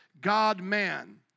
God-man